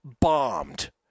bombed